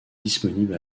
disponible